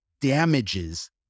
damages